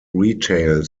retail